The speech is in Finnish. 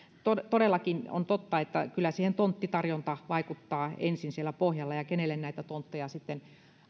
todellakin on totta että kyllä siihen tonttitarjonta vaikuttaa ensin siellä pohjalla ja sillä kenelle näitä tontteja